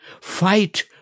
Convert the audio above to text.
Fight